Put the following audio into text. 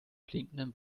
blinkenden